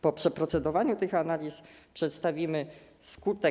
Po przeprocedowaniu tych analiz przedstawimy skutek.